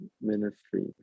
ministry